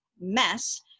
mess